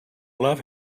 love